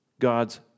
God's